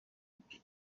icyo